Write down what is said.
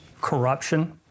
corruption